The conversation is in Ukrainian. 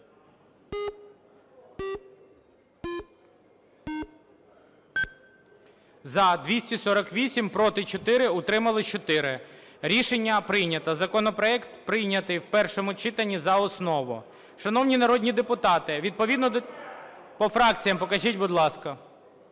За-248 Проти – 4, утримались – 4. Рішення прийнято. Законопроект прийнятий в першому читанні за основу. Шановні народні депутати, відповідно до… По фракціям покажіть, будь ласка.